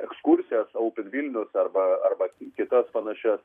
ekskursijas oupen vilnius arba arba ki kitas panašias